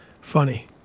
funny